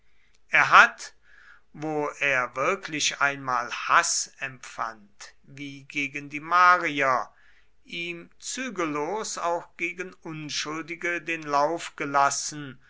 er hat wo er wirklich einmal haß empfand wie gegen die marier ihm zügellos auch gegen unschuldige den lauf gelassen